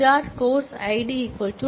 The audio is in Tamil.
course id prereq